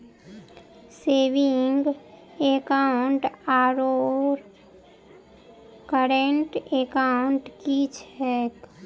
Saving account आओर current account की छैक?